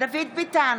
דוד ביטן,